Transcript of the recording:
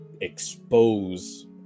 expose